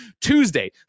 Tuesday